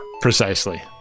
precisely